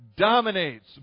dominates